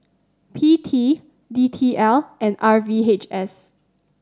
P T D T L and R V H S